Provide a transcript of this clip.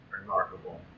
remarkable